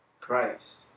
Christ